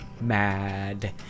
Mad